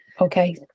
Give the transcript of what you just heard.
okay